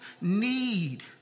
need